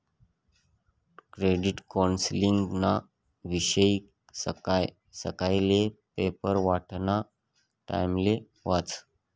credit कौन्सलिंगना विषयी सकाय सकायले पेपर वाटाना टाइमले वाचं